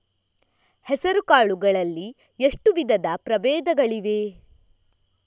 ಹೆಸರುಕಾಳು ಗಳಲ್ಲಿ ಎಷ್ಟು ವಿಧದ ಪ್ರಬೇಧಗಳಿವೆ?